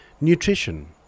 Nutrition